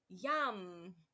yum